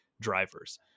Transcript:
drivers